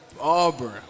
Auburn